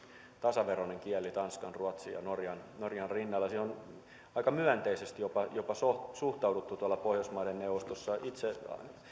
tasaveroisia kieliä tanskan ruotsin ja norjan norjan rinnalle siihen on jopa aika myönteisesti suhtauduttu tuolla pohjoismaiden neuvostossa